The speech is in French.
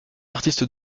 artiste